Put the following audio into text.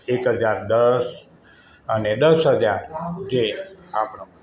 એક હજાર દસ અને દસ હજાર જે આંકડો